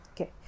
Okay